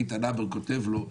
איתן הבר ענה לו.